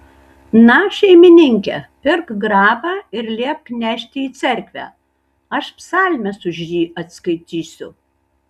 na šeimininke pirk grabą ir liepk nešti į cerkvę aš psalmes už jį atskaitysiu